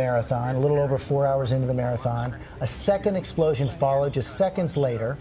marathon a little over four hours in the marathon a second explosion followed just seconds later